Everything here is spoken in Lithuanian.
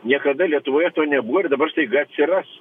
niekada lietuvoje to nebuvo ir dabar staiga atsiras